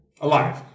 Alive